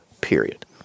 Period